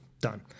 done